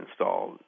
installed